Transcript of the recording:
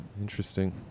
Interesting